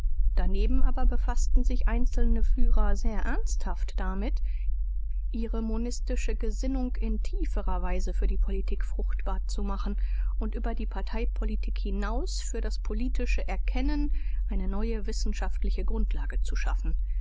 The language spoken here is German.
daneben aber befaßten sich einzelne führer sehr ernsthaft damit ihre mon gesinnung in tieferer weise für die politik fruchtbar zu machen u über die parteipolitik hinaus für das polit erkennen eine neue wissenschaftl grundlage zu schaffen